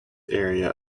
area